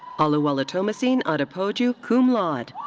oluwatomisin adepoju, cum laude.